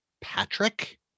Patrick